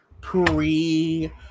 pre